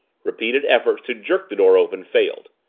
repeated efforts to jerk the door open failed.